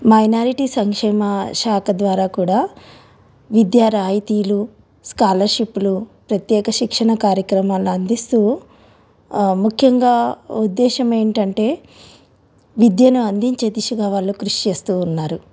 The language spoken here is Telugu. మైనారిటీ సంక్షేమ శాఖ ద్వారా కూడా విద్యా రాయితీలు స్కాలర్షిప్లు ప్రత్యేక శిక్షణ కార్యక్రమాలు అందిస్తూ ముఖ్యంగా ఉద్దేశ్యం ఏమిటి అంటే విద్యను అందించే దిశగా వాళ్ళు కృషి చేస్తూ ఉన్నారు